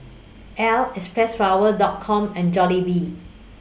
Elle Xpressflower Dot Com and Jollibee